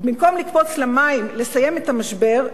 ובמקום לקפוץ למים ולסיים את המשבר,